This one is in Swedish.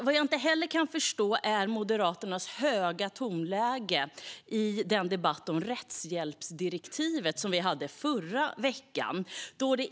Vad jag inte heller kan förstå är Moderaternas höga tonläge i den debatt om rättshjälpsdirektivet som vi hade i förra veckan.